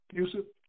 Yusuf